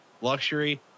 luxury